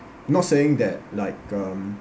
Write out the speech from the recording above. not saying that like um